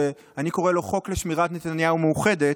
שאני קורא לו "חוק לשמירת נתניהו מאוחדת"